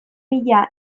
mila